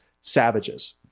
savages